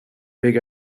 big